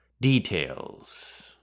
details